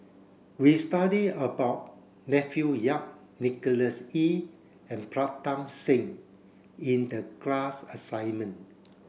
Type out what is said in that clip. we studied about Matthew Yap Nicholas Ee and Pritam Singh in the class assignment